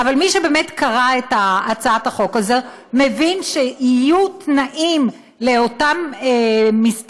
אבל מי שבאמת קרא את הצעת החוק הזאת מבין שיהיו תנאים לאותם מסתננים,